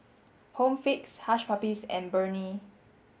Home Fix Hush Puppies and Burnie